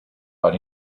but